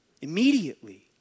Immediately